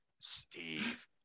Steve